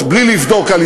ב-35 שנים למהפכה,